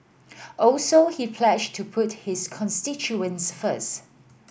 also he pledged to put his constituents first